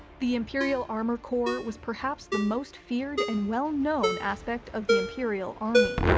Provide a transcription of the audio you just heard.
the imperial armor corp was perhaps the most feared and well-known aspect of the imperial army,